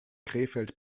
krefeld